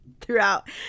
throughout